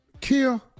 Kill